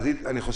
אבל למה לא את